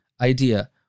idea